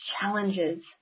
challenges